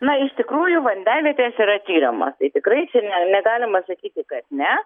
na iš tikrųjų vandenvietės yra tiriamos tai tikrai čia ne negalima sakyti kad ne